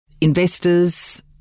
investors